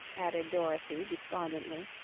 added dorothy, despondently.